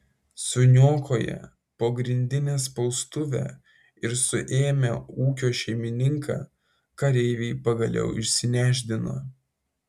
suniokoję pogrindinę spaustuvę ir suėmę ūkio šeimininką kareiviai pagaliau išsinešdino